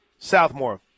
Southmore